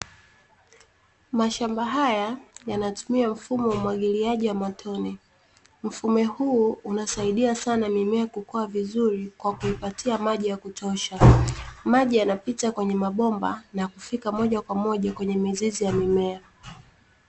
Mashamba haya yanatumia mfumo wa umwagiliaji wa matone. Mfumo huu unasaidia sana mimea kukua vizuri kwa kuipatia maji ya kutosha. Maji yanapita kwenye mabomba na kufika moja kwa moja kwenye mizizi ya mimea.